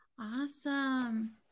Awesome